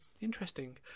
interesting